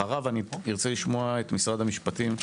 אחריו אני ארצה לשמוע את משרד המשפטים,